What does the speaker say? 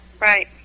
Right